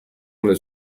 nelle